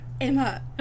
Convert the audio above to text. Emma